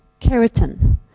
keratin